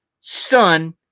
son